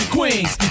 Queens